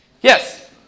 Yes